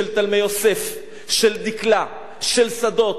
של תלמי-יוסף, של דקלה, של שדות,